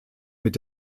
mit